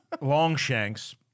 Longshanks